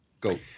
Go